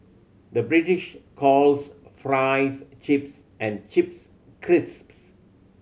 the British calls fries chips and chips crisps